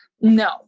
No